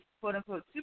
quote-unquote